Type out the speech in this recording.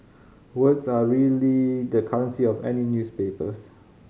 words are really the currency of any newspapers